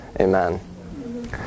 Amen